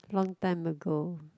long time ago